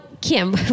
Kim